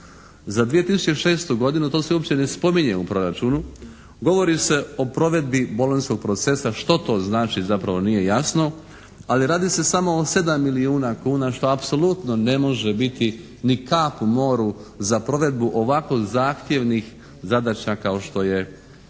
Za 2006. godinu to se uopće ne spominje u proračunu, govori se o provedbi Bolonjskog procesa. Što to znači zapravo nije jasno, ali radi se samo o 7 milijuna kuna što apsolutno ne može biti ni kap u moru za provedbu ovako zahtjevnih zadaća kao što je, kao